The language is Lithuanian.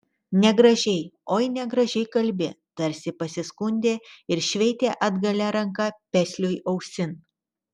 negražiai oi negražiai kalbi tarsi pasiskundė ir šveitė atgalia ranka pesliui ausin